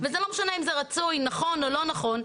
וזה לא משנה אם זה רצוי, נכון או לא נכון.